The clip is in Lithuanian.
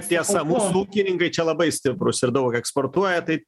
tiesa mūsų ūkininkai čia labai stiprūs ir daug eksportuoja tai